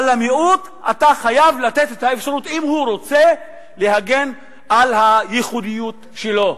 אבל המיעוט, אם הוא רוצה להגן על הייחודיות שלו,